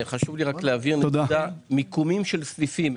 חשוב לי לדעת את מיקומם של הסניפים,